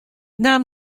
naam